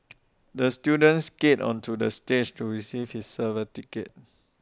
the student skated onto the stage to receive his